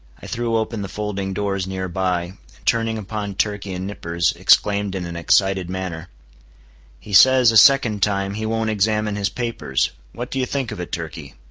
i threw open the folding-doors near by, and turning upon turkey and nippers, exclaimed in an excited manner he says, a second time, he won't examine his papers. what do you think of it, turkey?